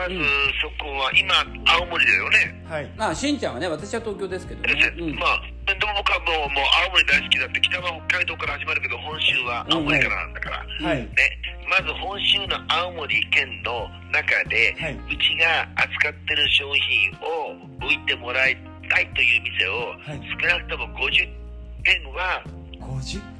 まず、うん。そこは今、青森だよね。はい。まあ、しんちゃんはね、私は東京ですけどね。そうです。うん。まあ、でも僕はもう、もう青森大好きだって、北は北海道から始まるけど、本州は青森からなんだから。うん、はい。はい。ね。まず本州の青森県の中で、はい。うちが扱ってる商品を置いてもらいたいという店を、はい。少なくとも50軒は、50軒？